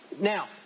Now